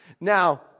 Now